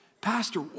Pastor